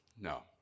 No